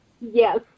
Yes